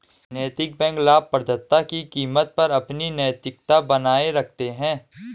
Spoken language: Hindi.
नैतिक बैंक लाभप्रदता की कीमत पर अपनी नैतिकता बनाए रखते हैं